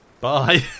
bye